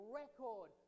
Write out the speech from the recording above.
record